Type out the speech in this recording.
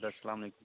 اَدٕ حظ سلام علیکُم